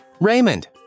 Raymond